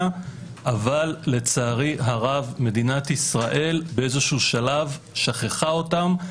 אבל לצערי הרב מדינת ישראל באיזשהו שלב שכחה אותם.